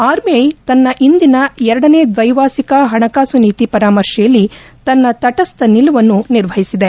RBI ತನ್ನ ಇಂದಿನ ಎರಡನೇ ದ್ವೈಮಾಸಿಕ ಹಣಕಾಸು ನೀತಿ ಪರಾಮರ್ಶೆಯಲ್ಲಿ ತನ್ನ ತಟಸ್ವ ನಿಲುವನ್ನು ನಿರ್ವಹಿಸಿದೆ